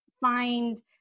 find